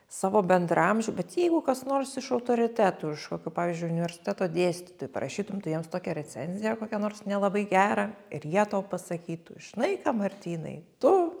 savo bendraamžių bet jeigu kas nors iš autoritetų iš kokio pavyzdžiui universiteto dėstytojų parašytum tu jiems tokią recenziją kokia nors nelabai gerą ir jie tau pasakytų žinai ką martynai tu